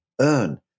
earn